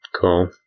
Cool